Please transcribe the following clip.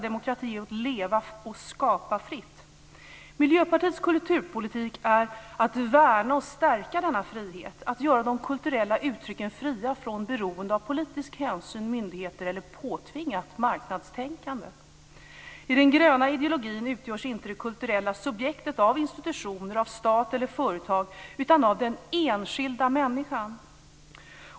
Demokrati är att leva och skapa fritt. Miljöpartiets kulturpolitik är att värna och stärka denna frihet, att göra de kulturella uttrycken fria från beroende av politisk hänsyn, myndigheter eller påtvingat marknadstänkande. I den gröna ideologin utgörs inte det kulturella subjektet av institutioner, av stat eller företag utan av den enskilda människan.